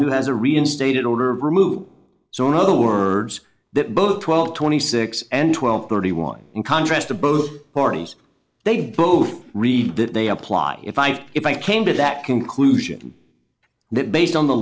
who has a reinstated order removed so in other words that both twelve twenty six and twelve thirty one in contrast to both parties they both read that they applied if i if i came to that conclusion that based on the